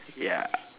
ya